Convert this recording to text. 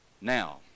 now